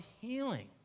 healing